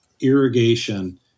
irrigation